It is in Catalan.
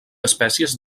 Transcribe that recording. espècies